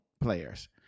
players